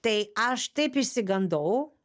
tai aš taip išsigandau